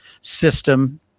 system